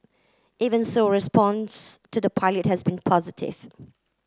even so response to the pilot has been positive